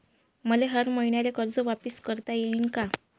मले हर मईन्याले कर्ज वापिस करता येईन का?